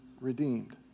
redeemed